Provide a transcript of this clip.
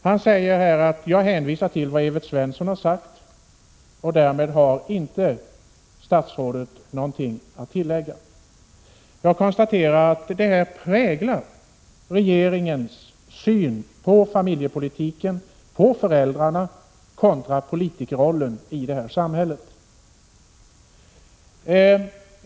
Statsrådet hänvisar till vad Evert Svensson har sagt. Därtill har statsrådet inte något att tillägga. Detta präglar regeringens syn på familjepolitiken och på föräldrarollen i detta samhälle.